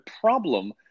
problem